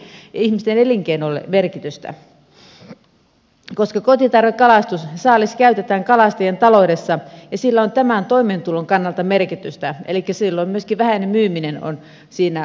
sillähän on ihmisten elinkeinolle merkitystä koska kotitarvekalastuksen saalis käytetään kalastajien taloudessa ja sillä on tämän toimeentulon kannalta merkitystä elikkä silloin myöskin vähäisen myymisen on siinä oltava mahdollista